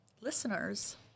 listeners